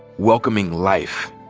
welcoming life.